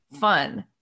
fun